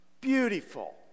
beautiful